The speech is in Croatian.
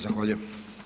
Zahvaljujem.